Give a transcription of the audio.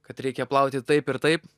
kad reikia plauti taip ir taip